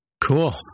cool